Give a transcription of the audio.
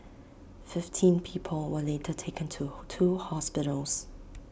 fifteen people were later taken to two hospitals